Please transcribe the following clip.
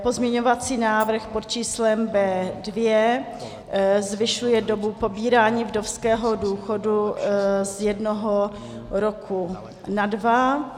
Pozměňovací návrh pod číslem B2 zvyšuje dobu pobírání vdovského důchodu z jednoho roku na dva.